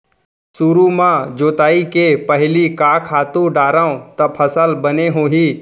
सुरु म जोताई के पहिली का खातू डारव त फसल बने होही?